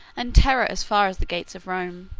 and terror as far as the gates of rome.